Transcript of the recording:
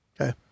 Okay